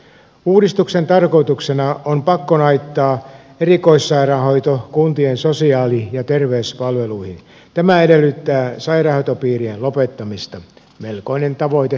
uudistuksen tarkoituksena on pakkonaittaa erikoissairaanhoito kuntien sosiaali ja terveyspalveluihin ja tämä edellyttää sairaanhoitopiirien lopettamista melkoinen tavoite tämäkin